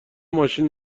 ماشین